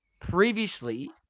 previously